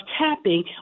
tapping